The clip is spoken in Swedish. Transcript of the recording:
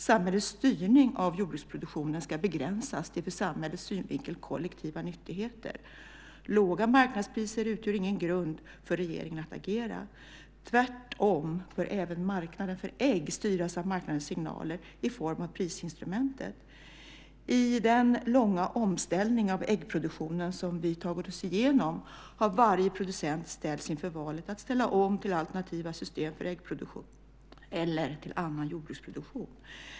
Samhällets styrning av jordbruksproduktionen ska begränsas till ur samhällets synvinkel kollektiva nyttigheter. Låga marknadspriser utgör ingen grund för regeringen att agera. Tvärtom bör även marknaden för ägg styras av marknadens signaler i form av prisinstrumentet. I den långa omställning av äggproduktionen som vi har tagit oss igenom har varje producent ställts inför valet att ställa om till alternativa system för äggproduktion eller till annan jordbruksproduktion.